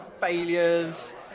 failures